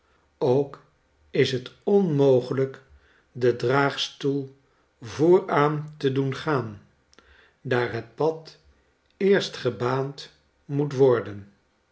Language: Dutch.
ook is het onmogelijk den draagstoel vooraan te doen gaan daar het pad eerst gebaand moet worden